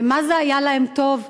ומה זה היה להם טוב,